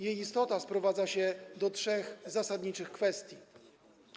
Jej istota sprowadza się do trzech zasadniczych kwestii.